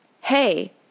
hey